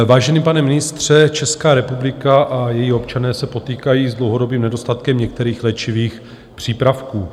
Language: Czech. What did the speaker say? Vážený pane ministře, Česká republika a její občané se potýkají s dlouhodobým nedostatkem některých léčivých přípravků.